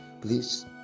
Please